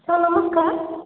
sir ନମସ୍କାର